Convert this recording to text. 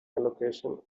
location